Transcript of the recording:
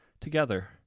Together